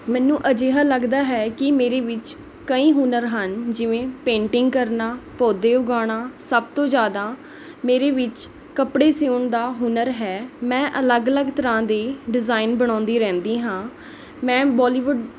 ਮੈਨੂੰ ਅਜਿਹਾ ਲੱਗਦਾ ਹੈ ਕਿ ਮੇਰੇ ਵਿੱਚ ਕਈ ਹੁਨਰ ਹਨ ਜਿਵੇਂ ਪੇਂਟਿੰਗ ਕਰਨਾ ਪੌਦੇ ਉਗਾਣਾ ਸਭ ਤੋਂ ਜ਼ਿਆਦਾ ਮੇਰੇ ਵਿੱਚ ਕੱਪੜੇ ਸਿਊਣ ਦਾ ਹੁਨਰ ਹੈ ਮੈਂ ਅਲੱਗ ਅਲੱਗ ਤਰ੍ਹਾਂ ਦੇ ਡਿਜ਼ਾਇਨ ਬਣਾਉਂਦੀ ਰਹਿੰਦੀ ਹਾਂ ਮੈਂ ਬੋਲੀਵੁੱਡ